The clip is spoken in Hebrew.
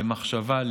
במחשבה,